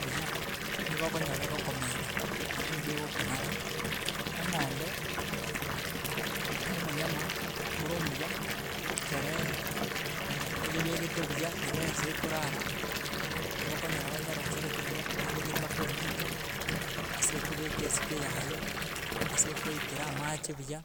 Buya nigo okonyora ekogomena naende nigo ekokonara, eng'ombe na omonyama ore omuya ekeree oyebekete buya naende ase ekorara nabo okonyora onyerosereti buya, onyebekete mpaka omoito, ase ekobeka esike yaye, ase ekoitera amache buya,